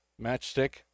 Matchstick